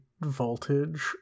voltage